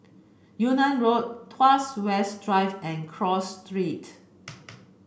Yunnan Road Tuas West Drive and Cross Street